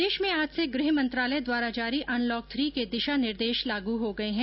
प्रदेश में आज से गृह मंत्रालय द्वारा जारी अनलॉक थ्री के दिशा निर्देश लागू हो गए हैं